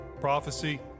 prophecy